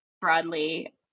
broadly